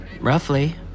Roughly